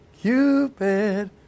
Cupid